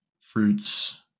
fruits